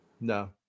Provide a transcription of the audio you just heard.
No